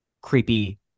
creepy